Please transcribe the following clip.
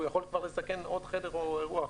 והוא יכול לסכן עוד חדר או אירוע אחר.